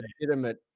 legitimate